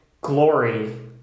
glory